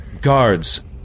guards